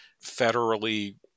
federally